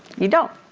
you don't.